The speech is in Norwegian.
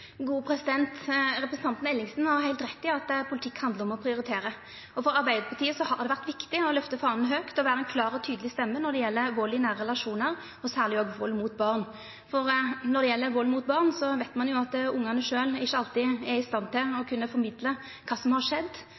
Representanten Ellingsen har heilt rett i at politikk handlar om å prioritera. For Arbeidarpartiet har det vore viktig å løfta fana høgt og vera ein klår og tydeleg stemme når det gjeld vald i nære relasjonar, og særleg vald mot barn. Når det gjeld vald mot barn, veit ein at ungane sjølve ikkje alltid er i stand til å kunna formidla kva som har skjedd,